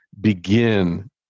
begin